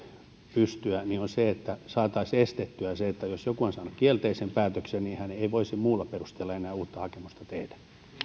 pystyä on se että saataisiin estettyä se niin että jos joku on saanut kielteisen päätöksen hän ei voisi muulla perusteella enää uutta hakemusta tehdä